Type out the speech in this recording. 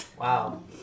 Wow